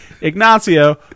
Ignacio